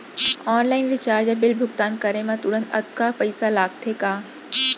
Online recharge या bill भुगतान करे मा तुरंत अक्तहा पइसा लागथे का?